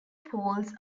poles